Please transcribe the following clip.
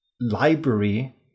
library